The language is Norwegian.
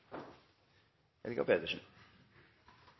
Helga Pedersen